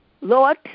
Lord